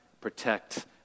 protect